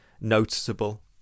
noticeable